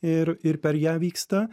ir ir per ją vyksta